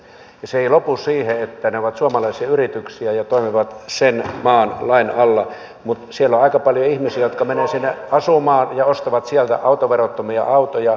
ja se ei lopu siihen että ne ovat suomalaisia yrityksiä ja toimivat sen maan lain alla vaan siellä on aika paljon ihmisiä jotka menevät sinne asumaan ja ostavat sieltä autoverottomia autoja